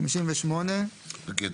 חכה.